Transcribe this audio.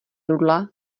rudla